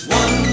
one